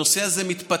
הנושא הזה מתפתח.